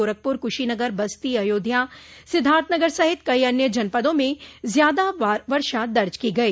गोरखपुर कुशीनगर बस्ती अयोध्या सिद्धार्थनगर सहित कई अन्य जनपदों में ज्यादा वर्षा दर्ज की गई